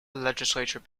legislature